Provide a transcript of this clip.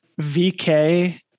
VK